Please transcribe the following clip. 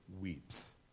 weeps